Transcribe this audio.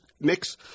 mix